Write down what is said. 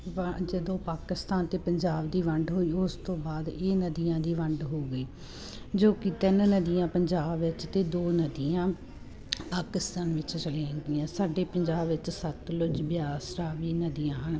ਬ ਜਦੋਂ ਪਾਕਿਸਤਾਨ ਅਤੇ ਪੰਜਾਬ ਦੀ ਵੰਡ ਹੋਈ ਉਸ ਤੋਂ ਬਾਅਦ ਇਹ ਨਦੀਆਂ ਦੀ ਵੰਡ ਹੋ ਗਈ ਜੋ ਕਿ ਤਿੰਨ ਨਦੀਆਂ ਪੰਜਾਬ ਵਿੱਚ ਅਤੇ ਦੋ ਨਦੀਆਂ ਪਾਕਿਸਤਾਨ ਵਿੱਚ ਚਲੀਆਂ ਗਈਆਂ ਸਾਡੇ ਪੰਜਾਬ ਵਿੱਚ ਸਤਲੁਜ ਬਿਆਸ ਰਾਵੀ ਨਦੀਆਂ ਹਨ